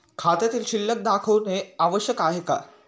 खात्यातील शिल्लक दाखवणे आवश्यक आहे का?